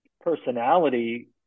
personality